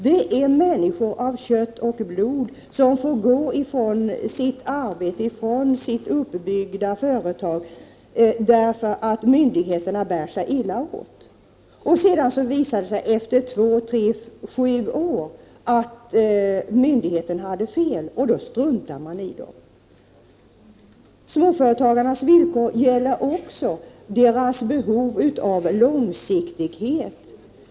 Det är människor av kött och blod som får gå ifrån sitt arbete, ifrån sitt uppbyggda företag, därför att en myndighet bär sig illa åt. Sedan visar det sig efter två tre eller kanske sju år att myndigheten har fel, och då struntar man i dem. Småföretagarnas villkor gäller också deras behov av långsiktighet.